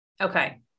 Okay